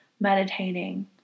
meditating